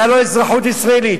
היתה לו אזרחות ישראלית.